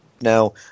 Now